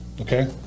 okay